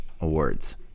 Awards